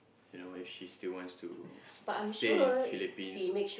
you know if she still wants to stay in Philippines or